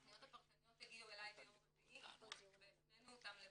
הפניות הפרטניות הגיעו אלי ביום רביעי והפנינו אותם לבנק,